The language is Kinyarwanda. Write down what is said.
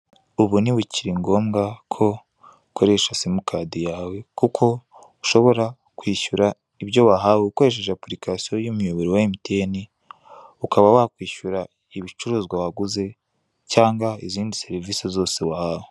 Ubu ntibikiri ngombwa ko ukoresha simukadi yawe kuko ushobora kwishyura ibyo wahawe ukoresheje apurikasiyo y'umuyoboro wa emutiyene ukaba wakwishyura ibicuruzwa waguze cyangwa izindi serivise zose wahawe.